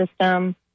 system